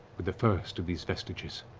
with the first of these vestiges.